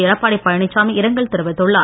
எடப்பாடி பழனிசாமி இரங்கல் தெரிவித்துள்ளார்